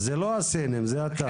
אז זה לא הסינים, זה אתה?